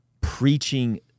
preaching